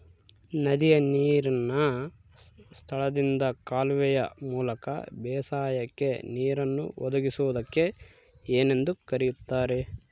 ನದಿಯ ನೇರಿನ ಸ್ಥಳದಿಂದ ಕಾಲುವೆಯ ಮೂಲಕ ಬೇಸಾಯಕ್ಕೆ ನೇರನ್ನು ಒದಗಿಸುವುದಕ್ಕೆ ಏನೆಂದು ಕರೆಯುತ್ತಾರೆ?